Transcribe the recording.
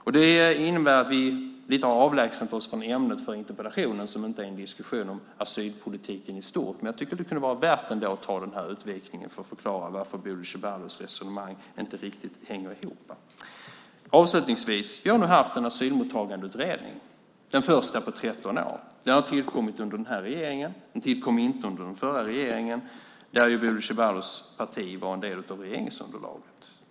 Därmed har vi avlägsnat oss från ämnet för interpellationen, som inte är en diskussion om asylpolitiken i stort, men jag tycker att det kunde vara värt att ta den här utvikningen för att förklara varför Bodil Ceballos resonemang inte riktigt hänger ihop. Vi har nu haft en asylmottagningsutredning, den första på 13 år. Den har tillkommit under den här regeringen. Den tillkom inte under den förra regeringen, där ju Bodil Ceballos parti var en del av regeringsunderlaget.